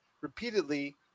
repeatedly